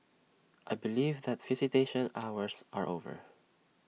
I believe that visitation hours are over